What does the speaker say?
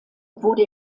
wurde